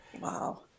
Wow